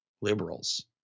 liberals